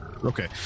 Okay